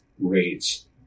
rates